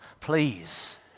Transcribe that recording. Please